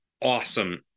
Awesome